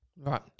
Right